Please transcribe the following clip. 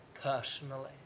personally